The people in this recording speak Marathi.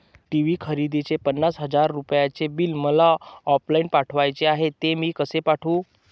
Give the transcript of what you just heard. टी.वी खरेदीचे पन्नास हजार रुपयांचे बिल मला ऑफलाईन पाठवायचे आहे, ते मी कसे पाठवू?